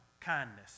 kindness